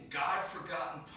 god-forgotten